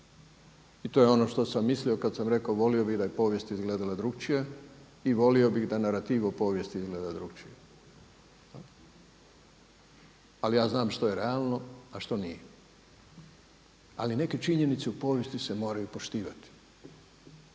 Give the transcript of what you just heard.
i to je ono što sam mislio kada sam rekao volio bih da je povijest izgledala drukčije i volio bih da narativ o povijesti izgleda drukčije. Ali ja znam što je realno, a što nije. Ali neke činjenice u povijesti se moraju poštivati.